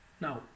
now